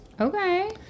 Okay